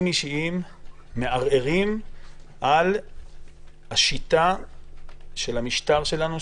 אישיים מערערים על השיטה של המשטר שלנו,